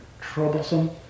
troublesome